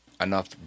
Enough